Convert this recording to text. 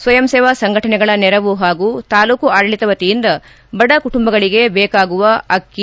ಸ್ವಯಂ ಸೇವಾ ಸಂಘಟನೆಗಳ ನೆರವು ಹಾಗೂ ತಾಲ್ಲೂಕು ಆಡಳಿತ ವತಿಯಿಂದ ಬಡಕುಟುಂಬಗಳಿಗೆ ಬೇಕಾಗುವ ಅಕ್ಕಿ